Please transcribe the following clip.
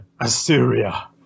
Assyria